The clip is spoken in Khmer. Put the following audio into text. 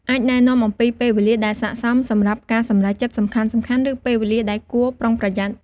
អាចណែនាំអំពីពេលវេលាដែលស័ក្តិសមសម្រាប់ការសម្រេចចិត្តសំខាន់ៗ ឬពេលវេលាដែលគួរប្រុងប្រយ័ត្ន។